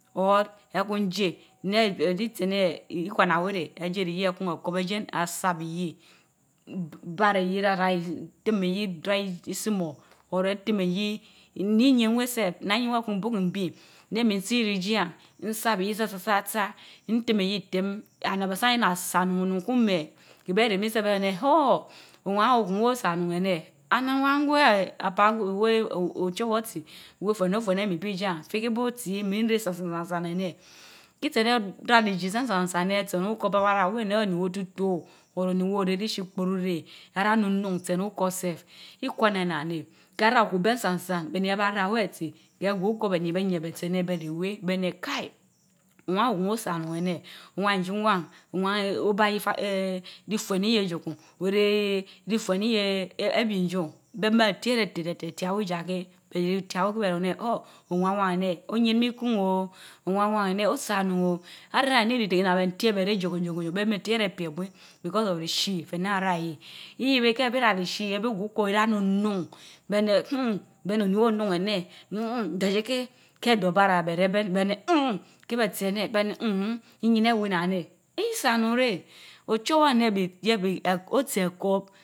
Or ekun jie neh ie itse eneh ikwan a weh reh. ejie riyi ekun ejiien asarb ijire baraa yii ara izi lim iyii nsumar or ejim iyii ni yin weh sel naa iyin weh ehun ibiikun bii neh min tii irijii yen nsarb iyii kasasaka ntim iyii tim na abaasan nsan anun kun bu meh keh beh rehmii beh ruun aneh huh! owan owokun weh osan onun eneh and owan weh eeh apaa weh eee oo ochowor otsi weh oeh neh ofen emi beh idiie ye fihii bu etsi eh min reh tsansan san aneh kitsi eneh araa rizi ijien kan kan sansaan neh eah sen utir beh baraweh neh oni weh otito oni weh oreh rishi npubi reh araa nunun sen utor sef ihwana innan neh karaa uhweh isan sa beh ehba ra weh eti, keh gweh uhor benii beh yebeh etsi eneh beh reh weh beh ruun aneh haii! owan ouhuun weh osan onun eneh owan owan owan ee obaji wan eeh iyeh jie kun oreh ituen iyeh ibijun, beh mebiereh teh teh tia weh jah heh beh tia weh ku ruun aneh huh! owaan waan aneh oyin mii kun o owaan wan aneh osanonun o arami iterite na ente bereh jeh kun jeh hun beh ma tiereh yii iyeh reh bii ra righii abi gue ira nun nun beh eneh nmm beh onii weh onun eneh hum dordieheh ka door bara berabeh ben rumn eneh keh beh tsi eneh weh ruun eneh nnmnm iyiin ewah nnan neh isa onyn reh ochowor orun eneb bi yeb bi otsi ekorb